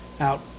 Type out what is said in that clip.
out